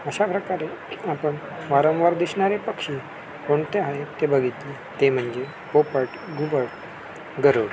अशा प्रकारे आपण वारंवार दिसणारे पक्षी कोणते आहेत ते बघितले ते म्हणजे पोपट घुबड गरुड